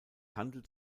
handelt